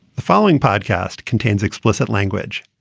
the following podcast contains explicit language.